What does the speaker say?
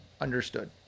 understood